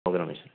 ఒక నిమిషం